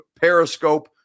periscope